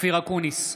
אופיר אקוניס,